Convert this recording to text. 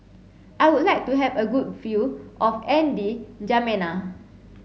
I would like to have a good view of N D jamena